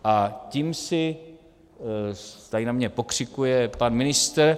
A tím si tady na mě pokřikuje pan ministr.